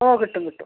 ഓഹ് കിട്ടും കിട്ടും